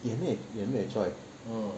you have to make you have to make a choice